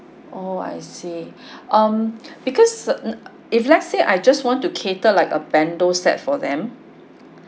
oh I see um because if let's say I just want to cater like a bento set for them